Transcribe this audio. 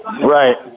Right